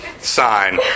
sign